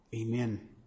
Amen